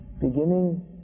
beginning